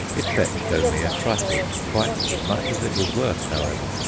it fetched only a trifle quite as much as it was worth, however.